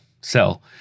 sell